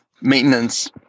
maintenance